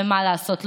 ומה לעשות,